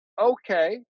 okay